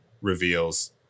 reveals